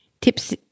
Tips